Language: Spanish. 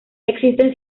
existen